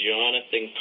Jonathan